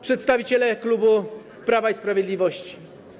Przedstawiciele Klubu Prawa i Sprawiedliwości!